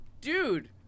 Dude